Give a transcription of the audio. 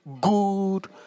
good